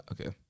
okay